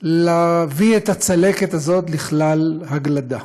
להביא את הצלקת הזאת לכלל הגלדה.